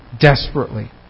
desperately